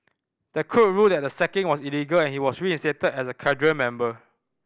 the court ruled that the sacking was illegal and he was reinstated as a cadre member